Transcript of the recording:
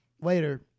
later